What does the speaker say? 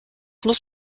muss